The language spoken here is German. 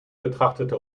betrachtete